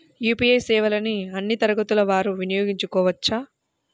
UPI సేవలని అన్నీ తరగతుల వారు వినయోగించుకోవచ్చా?